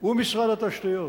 ומשרד התשתיות.